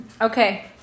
Okay